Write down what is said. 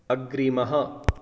अग्रिमम्